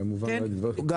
גם.